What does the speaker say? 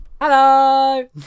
Hello